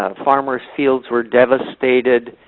ah farmers' fields were devastated.